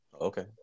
Okay